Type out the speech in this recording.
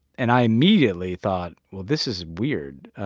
and i immediately thought, well, this is weird.